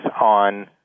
on